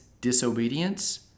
disobedience